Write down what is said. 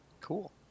Cool